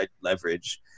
leverage